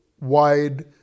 wide